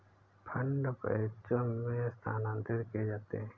fund बैचों में स्थानांतरित किए जाते हैं